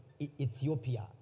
Ethiopia